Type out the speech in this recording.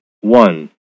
one